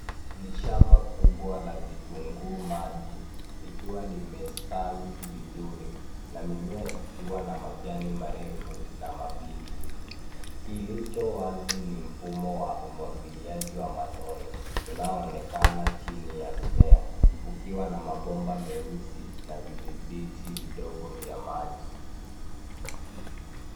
Ni shamba kubwa la vitunguu maji, likiwa limestawi vizuri na mimea ikiwa na majani marefu na mabichi. Kilicho wazi ni mfumo wa umwagiliaji wa matone unaoonekana chini ya mmea, ukiwa na mabomba meusi, na vidhibiti vidogo vya maji.